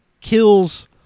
kills